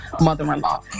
mother-in-law